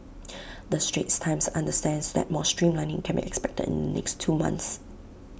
the straits times understands that more streamlining can be expected in the next two months